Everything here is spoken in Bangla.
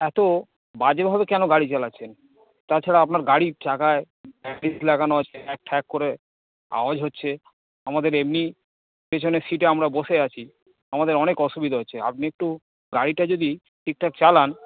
এত বাজেভাবে কেন গাড়ি চালাছেন তাছাড়া আপনার গাড়ি গ্যাটিস লাগানো আছে ঠ্যাক ঠ্যাক করে আওয়াজ হচ্ছে আমাদের এমনি পেছনের সিটে আমরা বসে আছি আমাদের অনেক অসুবিধা হচ্ছে আপনি একটু গাড়িটা যদি ঠিকঠাক চালান